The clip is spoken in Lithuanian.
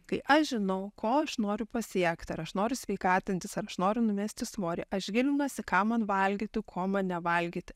kai aš žinau ko aš noriu pasiekt ar aš noriu sveikatintis ar aš noriu numesti svorį aš gilinuosi ką man valgyti ko man nevalgyti